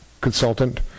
consultant